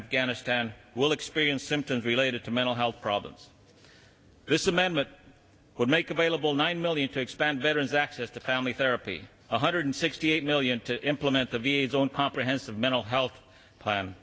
afghanistan will experience symptoms related to mental health problems this amendment would make available nine million to expand veterans access to family therapy one hundred sixty eight million to implement the v a s own comprehensive mental health plan